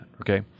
okay